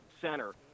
center